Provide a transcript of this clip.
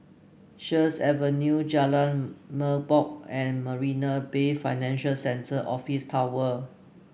Sheares Avenue Jalan Merbok and Marina Bay Financial Centre Office Tower